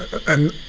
and